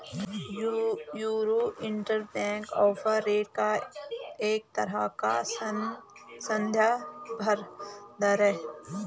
euro interbank offer rate एक तरह का सन्दर्भ दर है